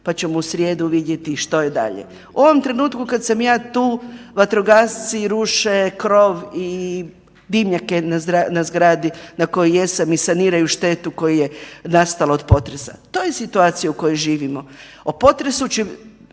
pa ćemo u srijedu vidjeti što je dalje. U ovom trenutku kad sam ja tu vatrogasci ruše krov i dimnjake ne zgradi na kojoj jesam i saniraju štetu koja je nastala od potresa. To je situacija u kojoj živimo. O potresu će